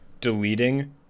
deleting